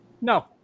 No